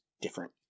different